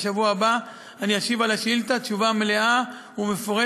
שבשבוע הבא אני אשיב על השאילתה תשובה מלאה ומפורטת,